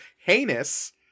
heinous